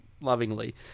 lovingly